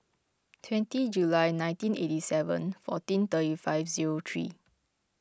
twenty July nineteen eighty seven fourteen thirty five zero three